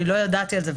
אני לא ידעתי על זה,